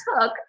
took